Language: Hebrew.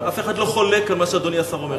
אף אחד לא חולק על מה שאדוני השר אומר.